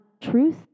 truth